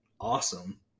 awesome